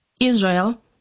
Israel